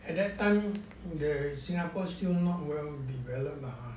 at that time the singapore still not so well developed ah